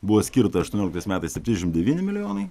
buvo skirta aštuonioliktais metais septyniasdešimt devyni milijonai